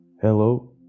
Hello